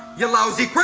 you lousy